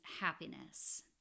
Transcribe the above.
happiness